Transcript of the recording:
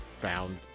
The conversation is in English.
found